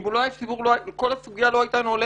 אם הוא לא היה איש ציבור כל הסוגיה לא הייתה נולדת.